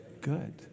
good